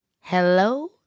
Hello